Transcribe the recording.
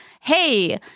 Hey